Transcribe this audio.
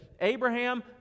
Abraham